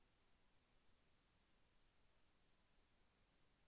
మొక్కజొన్నలో కత్తెర పురుగు ఎందుకు వస్తుంది?